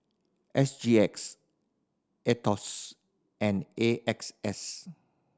S G X Aetos and A X S